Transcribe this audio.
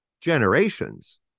generations